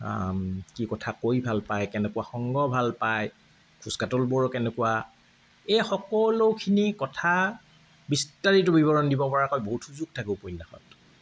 কি কথা কৈ ভাল পায় কেনেকুৱা সংগ ভাল পায় খোজ কাটলবোৰ কেনেকুৱা এই সকলোখিনি কথা বিস্তাৰিত বিৱৰণ দিব পৰাকৈ বহুত সুযোগ থাকে উপন্যাসত